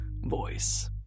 voice